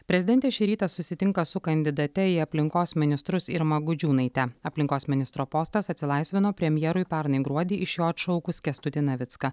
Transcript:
prezidentė šį rytą susitinka su kandidate į aplinkos ministrus irma gudžiūnaite aplinkos ministro postas atsilaisvino premjerui pernai gruodį iš jo atšaukus kęstutį navicką